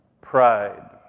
Pride